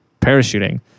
parachuting